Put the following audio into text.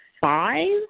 five